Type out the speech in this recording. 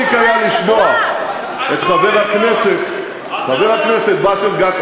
מספיק היה לשמוע את חבר הכנסת, "עדאלה".